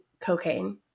cocaine